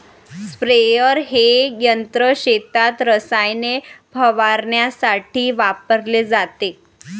sprayer हे यंत्र शेतात रसायने फवारण्यासाठी वापरले जाते